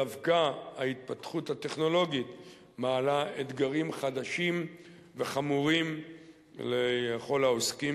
דווקא ההתפתחות הטכנולוגית מעלה אתגרים חדשים וחמורים לכל העוסקים